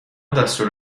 دستور